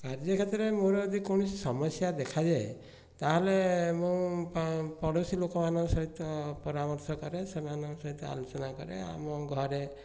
ଆଜି ରାତିରେ ମୋର ଯଦି କୌଣସି ସମସ୍ୟା ଦେଖାଯାଏ ତା ହେଲେ ମୁଁ ପଡ଼ୋଶୀ ଲୋକ ମାନଙ୍କ ସହିତ ପରାମର୍ଶ କରେ ସେମାନଙ୍କ ସହିତ ଆଲୋଚନା କରେ ଆମ ଘରେ